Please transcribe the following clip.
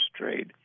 trade